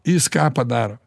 jis ką padaro